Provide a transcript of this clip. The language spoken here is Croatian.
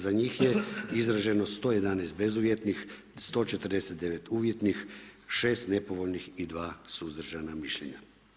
Za njih je izraženo 111 bezuvjetnih, 149 uvjetnih, 6 nepovoljnih i 2 suzdržana mišljenja.